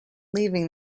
leaving